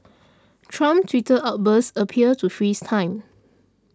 Trump's Twitter outbursts appear to freeze time